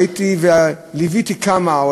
והייתי וליוויתי כמה,